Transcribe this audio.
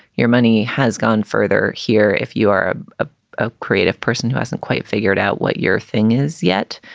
your money has gone further. here, if you are a ah ah creative person who hasn't quite figured out what your thing is yet,